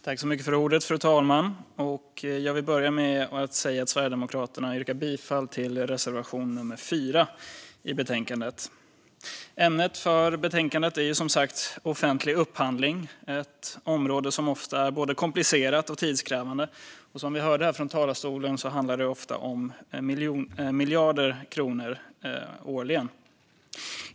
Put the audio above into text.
Fru talman! Jag vill börja med att säga att Sverigedemokraterna yrkar bifall till reservation nummer 4 i betänkandet. Ämnet för betänkandet är som sagt offentlig upphandling, ett område som ofta är både komplicerat och tidskrävande. Som vi hörde från talarstolen här tidigare handlar det ofta om miljarder kronor årligen.